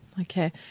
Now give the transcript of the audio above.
Okay